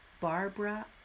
Barbara